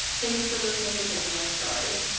thanks for listening to daniel's story.